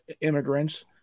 immigrants